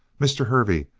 mr. hervey,